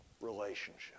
relationship